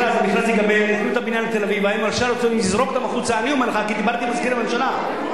לך, כי דיברתי עם מזכיר הממשלה.